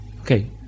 Okay